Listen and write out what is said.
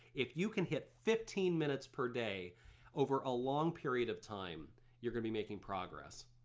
if you can hit fifteen minutes per day over a long period of time you're gonna be making progress.